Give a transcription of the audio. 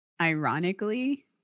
ironically